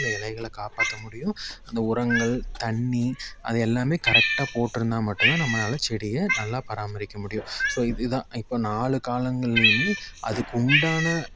அந்த இலைகள காப்பாற்ற முடியும் அந்த உரங்கள் தண்ணீர் அதை எல்லாமே கரெக்டாக போட்டிருந்தா மட்டும்தான் நம்மளால் செடியை நல்லா பராமரிக்க முடியும் ஸோ இதுதான் இப்போ நாலு காலங்கள்லையுமே அதுக்கு உண்டான